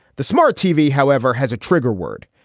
the smart tv, however, has a trigger word.